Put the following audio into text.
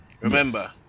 Remember